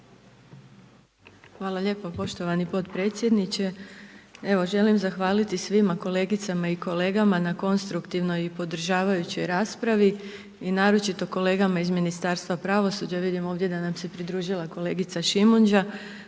Hvala lijepo poštovani potpredsjedniče. Evo, želim zahvaliti svima kolegicama i kolegama na konstruktivnoj i podržavajućoj raspravi i naročito kolegama iz Ministarstva pravosuđa, vidim ovdje da nam se pridružila kolegica Šimunđa.